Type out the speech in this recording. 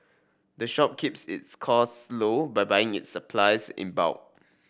the shop keeps its costs low by buying its supplies in bulk